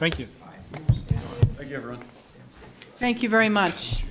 thank you thank you very much